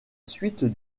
suite